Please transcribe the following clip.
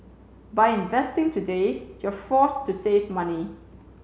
by investing today you're forced to save money